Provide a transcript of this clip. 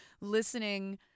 listening